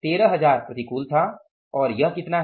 13000 प्रतिकूल था और यह कितना है